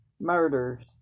murders